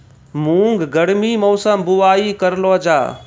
मूंग गर्मी मौसम बुवाई करलो जा?